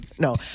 No